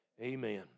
Amen